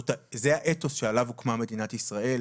זה האתוס שעליו הוקמה מדינת ישראל.